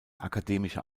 akademische